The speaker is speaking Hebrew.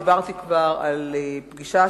דיברתי כבר על פגישה,